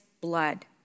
blood